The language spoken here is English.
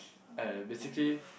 and basically